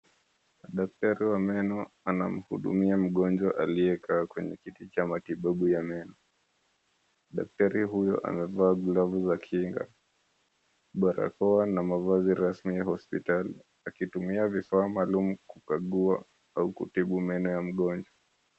Daktari wa meno anamhudumia mgonjwa aliyekaa kwenye kiti cha matibabu ya meno. Daktari huyu amevaa glavu za kinga, barakoa na mavazi rasmi ya hospitali akitumia vifaa maalum kukagua au kutibu meno ya mgonjwa.